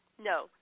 No